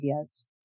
ideas